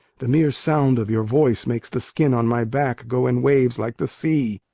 the mere sound of your voice makes the skin on my back go in waves like the sea.